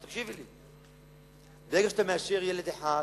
אז תקשיבי לי: ברגע שאתה מאשר ילד אחד,